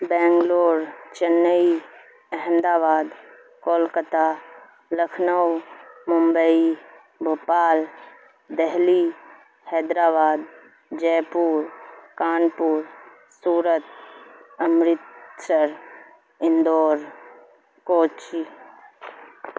Bangalore Chennai Ahmedabad Kolkata Lucknow Mumbai Bhopal Delhi Hyderabad Jaipur Kanpur Surat Amritsar Indore Kochi